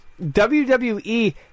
WWE